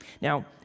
Now